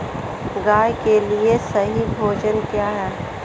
गाय के लिए सही भोजन क्या है?